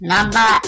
Number